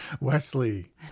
Wesley